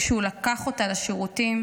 כשהוא לקח אותה לשירותים